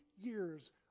years